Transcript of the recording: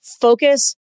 focus